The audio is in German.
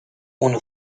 ohne